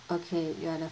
okay you are the